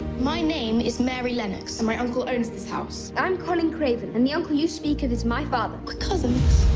my name is mary lennox and my uncle owns this house. i'm colin craven and the uncle you speak of is my father. we're cousins!